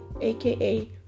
aka